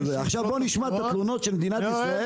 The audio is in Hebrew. עכשיו בואו נשמע את התלונות של מדינת ישראל